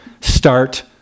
Start